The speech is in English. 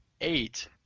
eight